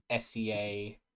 SEA